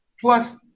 plus